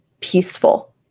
peaceful